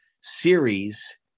series